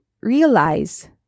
realize